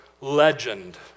legend